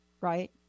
right